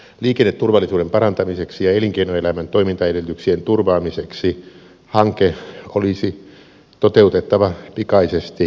liikenneturvallisuuden parantamiseksi ja elinkeinoelämän toimintaedellytyksien turvaamiseksi hanke olisi toteutettava pikaisesti kokonaan